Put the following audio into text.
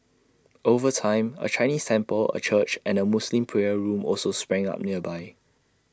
over time A Chinese temple A church and A Muslim prayer room also sprang up nearby